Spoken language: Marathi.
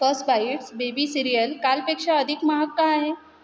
फर्स्ट बाईट्स बेबी सिरियल कालपेक्षा अधिक महाग का आहे